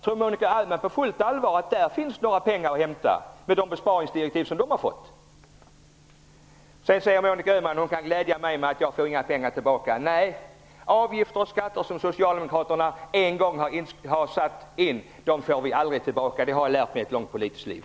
Tror Monica Öhman på fullt allvar att det finns några pengar att hämta där, med de besparingsdirektiv som de har fått. Monica Öhman säger att hon kan glädja mig med att jag inte får några pengar tillbaka. Avgifter och skatter som socialdemokraterna en gång har satt in får vi aldrig tillbaka. Det har jag lärt mig under ett långt politiskt liv.